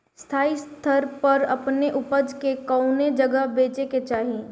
स्थानीय स्तर पर अपने ऊपज के कवने जगही बेचे के चाही?